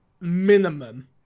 minimum